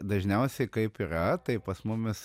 dažniausiai kaip yra tai pas mumis